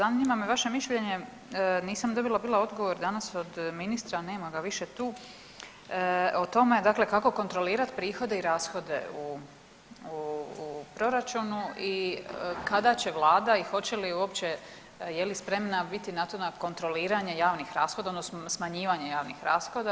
A zanima me vaše mišljenje, nisam dobila bila odgovor danas od ministra, nema ga više tu, o tome dakle kako kontrolirati prihode i rashode u proračunu i kada će vlada i hoće li uopće, je li spremna biti na to, na kontroliranje javnih rashoda odnosno na smanjivanje javnih rashoda.